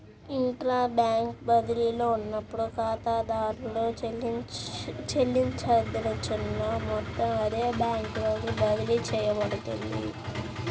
intra bank బదిలీలో ఉన్నప్పుడు, ఖాతాదారుడు చెల్లించదలుచుకున్న మొత్తం అదే బ్యాంకులోకి బదిలీ చేయబడుతుంది